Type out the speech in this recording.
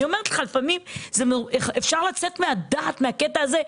לפעמים אפשר לצאת מן הדעת מן הקטע הזה,